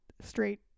straight